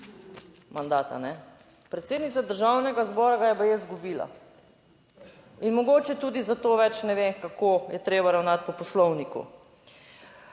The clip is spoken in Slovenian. Mandata, ne. Predsednica Državnega zbora ga je baje izgubila in mogoče tudi zato več ne ve, kako je treba ravnati po Poslovniku.